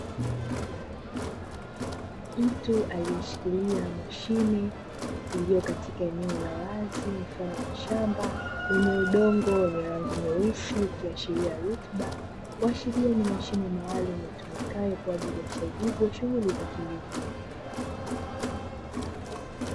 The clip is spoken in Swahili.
Mtu aliyeshikilia mashine iliyokatika eneo la wazi mfano wa shamba lenye udongo wenye rangi nyeusi ukiashiria rutuba, kuashiria ni mashine maalumu itumikayo kwa ajili ya usaidizi wa shughuli za kilimo.